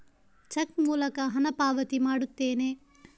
check ಮೂಲಕ ಹಣ ಪಾವತಿ ಮಾಡುತ್ತೇನೆ